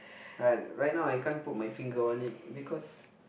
like right now I can't put my finger on it because